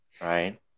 right